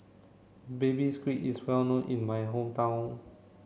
baby squid is well known in my hometown